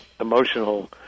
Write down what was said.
emotional